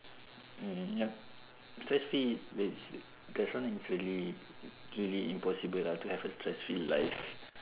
mm yup firstly wait it's there's one is silly really impossible lah to have a stress free life